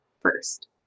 first